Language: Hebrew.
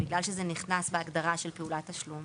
בגלל שזה נכנס בהגדרה של פעולת תשלום,